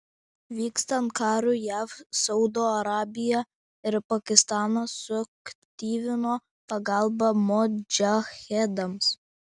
vykstant karui jav saudo arabija ir pakistanas suaktyvino pagalbą modžahedams